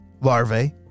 larvae